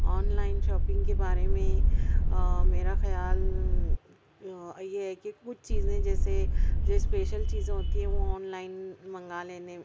on line shopping کے بارے میں آ میرا خیال یہ ہے کہ کچھ چیزیں جیسے جو اسپیشل چیزیں ہوتی ہیں وہ آن لائن منگا لینے